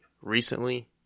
recently